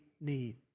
need